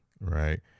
Right